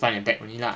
find your dad only lah